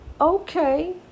Okay